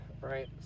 right